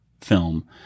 film